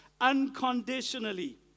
unconditionally